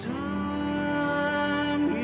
time